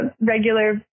regular